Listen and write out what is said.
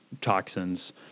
toxins